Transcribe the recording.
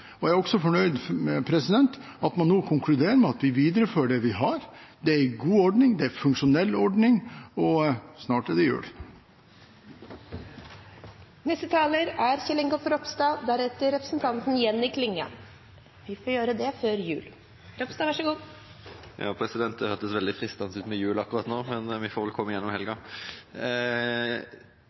Jeg er også fornøyd med at man nå konkluderer med at vi viderefører den ordningen vi har. Det er en god og funksjonell ordning – og snart er det jul. Det hørtes veldig fristende ut med jul akkurat nå, men vi får vel komme gjennom helgen først. Jeg ville ta ordet for å understreke at vi er veldig